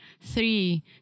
three